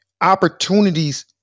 opportunities